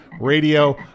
Radio